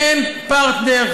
אין פרטנר.